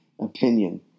opinion